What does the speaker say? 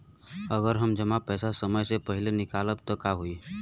अगर हम जमा पैसा समय से पहिले निकालब त का होई?